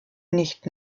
nicht